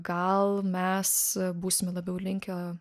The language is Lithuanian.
gal mes būsime labiau linkę